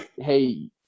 Hey